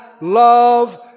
love